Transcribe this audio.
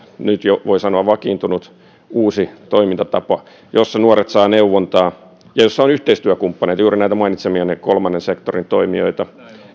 nyt voi jo sanoa että vakiintunut uusi toimintatapa jossa nuoret saavat neuvontaa ja jossa on yhteistyökumppaneita juuri näitä mainitsemiani kolmannen sektorin toimijoita